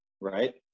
right